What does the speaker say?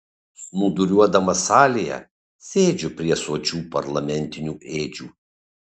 snūduriuodamas salėje sėdžiu prie sočių parlamentinių ėdžių